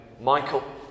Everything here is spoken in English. Michael